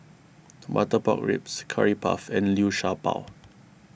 Butter Pork Ribs Curry Puff and Liu Sha Bao